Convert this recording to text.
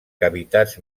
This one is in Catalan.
cavitats